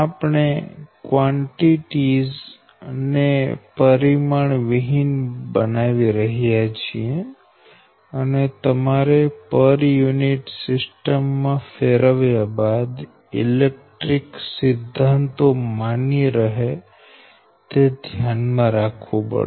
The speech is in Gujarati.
આપણે કવાંટીટીઝ ને પરિમાણહીન બનાવી રહ્યા છીએ અને તમારે પર યુનિટ સિસ્ટમ માં ફેરવ્યા બાદ ઇલેક્ટ્રિક સિદ્ધાંતો માન્ય રહે તે ધ્યાન માં રાખવું પડશે